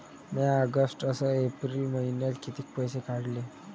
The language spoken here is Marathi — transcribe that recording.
म्या ऑगस्ट अस एप्रिल मइन्यात कितीक पैसे काढले?